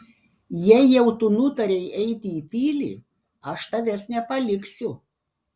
jei jau tu nutarei eiti į pilį aš tavęs nepaliksiu